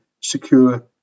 secure